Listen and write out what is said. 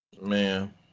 Man